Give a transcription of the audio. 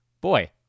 boy